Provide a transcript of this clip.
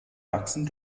achsen